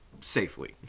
safely